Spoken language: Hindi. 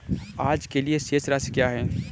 आज के लिए शेष राशि क्या है?